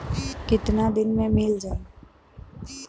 कितना दिन में मील जाई?